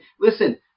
listen